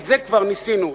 את זה כבר ניסינו,